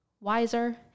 wiser